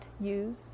use